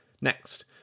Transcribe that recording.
Next